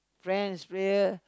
French player